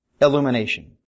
illumination